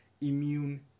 immune